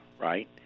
right